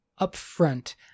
upfront